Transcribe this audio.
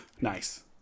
Nice